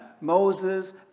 Moses